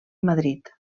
madrid